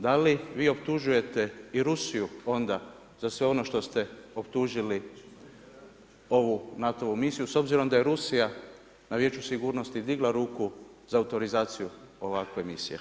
Da li vi optužujete i Rusiju onda za sve ono što ste optužili ovu NATO-vu misiju s obzirom da je Rusija na Vijeću sigurnosti digla ruku za autorizaciju ovakve misije?